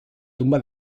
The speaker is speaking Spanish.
tumba